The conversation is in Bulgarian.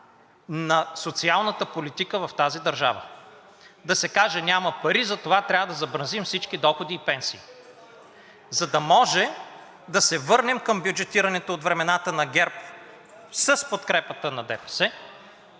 на социалната политика в тази държава, да се каже: няма пари и затова трябва да замразим всички доходи и пенсии, за да може да се върнем към бюджетирането от времената на ГЕРБ с подкрепата на ДПС,